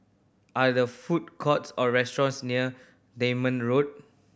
are there food courts or restaurants near Denham Road